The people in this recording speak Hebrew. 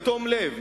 בתום לב,